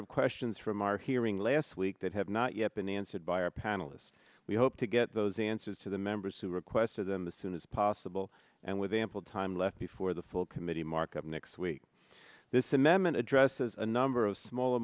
of questions from our hearing last week that have not yet been answered by our panelists we hope to get those answers to the members who requested them as soon as possible and with ample time left before the full committee markup next week this amendment addresses a number of smaller